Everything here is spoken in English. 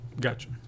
Gotcha